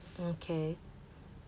okay